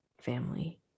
family